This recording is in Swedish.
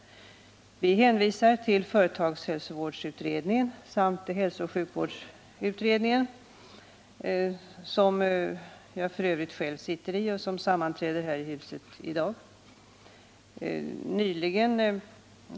Vi hänvisar till hälsovårdsutredningen samt hälsooch sjukvårdsutredningen, som jag f. ö. sitter med i och som sammanträder här i huset i dag.